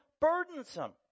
burdensome